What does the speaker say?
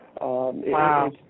Wow